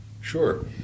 Sure